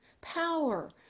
Power